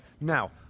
Now